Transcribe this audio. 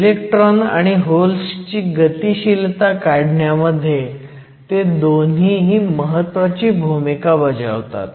electron आणि होल्सची गतिशीलता काढण्यामध्ये ते दोन्हीही महत्वाची भूमिका बजावतात